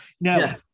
Now